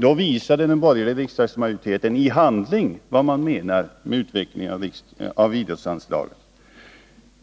Då visade den borgerliga riksdagsmajoriteten i handling vad man menar med att utveckla idrottsanslaget.